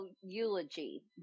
eulogy